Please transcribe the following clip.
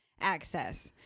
access